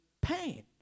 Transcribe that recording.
pain